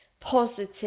positive